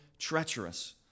treacherous